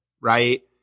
right